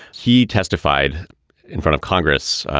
he testified in front of congress